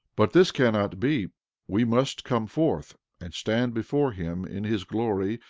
but this cannot be we must come forth and stand before him in his glory,